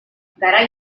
garai